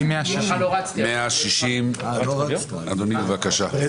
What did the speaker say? הסתייגות 160